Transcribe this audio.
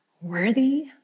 worthy